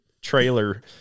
trailer